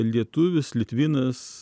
lietuvis litvinas